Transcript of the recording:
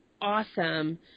awesome